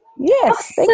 yes